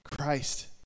Christ